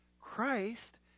Christ